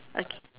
okay